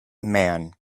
man